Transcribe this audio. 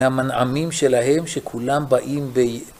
‫המנעמים שלהם שכולם באים...